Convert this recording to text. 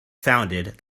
founded